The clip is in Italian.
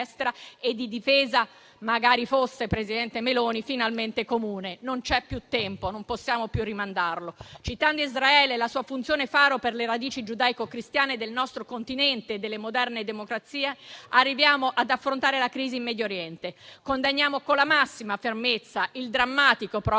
e di difesa - magari lo fosse, presidente del Consiglio Meloni - finalmente comune. Non c'è più tempo, non possiamo più rimandarlo. Citando Israele e la sua funzione faro per le radici giudaico-cristiane del nostro Continente e delle moderne democrazie, arriviamo ad affrontare la crisi in Medio Oriente. Condanniamo con la massima fermezza il drammatico *pogrom*